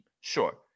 Sure